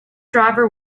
driver